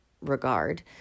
regard